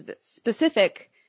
specific